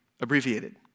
abbreviated